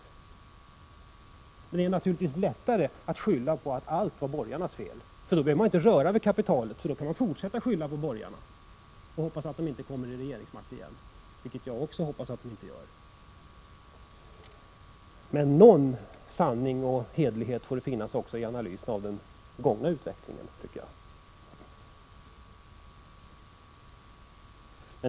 Men det är naturligtvis lättare att skylla på borgarna och säga att allt är deras fel. Då behöver man inte röra vid kapitalet utan kan fortsätta att skylla på borgarna och hoppas att de inte får regeringsmakten igen — vilket jag också hoppas att de inte får. Någon sanning och hederlighet måste det ändå finnas i analysen av den gångna utvecklingen.